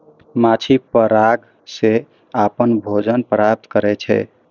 माछी पराग सं अपन भोजन प्राप्त करै छै